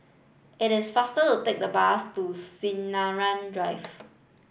it is faster to take the bus to Sinaran Drive